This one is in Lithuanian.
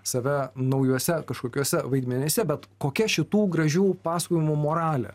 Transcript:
save naujuose kažkokiuose vaidmenyse bet kokia šitų gražių pasakojimų moralė